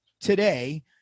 today